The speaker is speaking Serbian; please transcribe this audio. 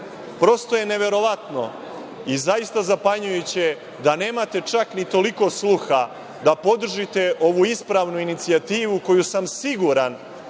godina. Prosto je neverovatno i zaista zapanjujuće da nemate čak ni toliko sluha da podržite ovu ispravnu inicijativu koju sam siguran